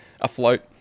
afloat